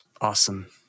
Awesome